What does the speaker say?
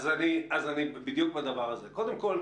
קודם כול,